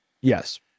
Yes